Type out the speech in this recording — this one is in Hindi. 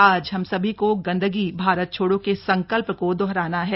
आज हम सभी को गन्दगी भारत छोड़ों के संकल्प को दोहराना है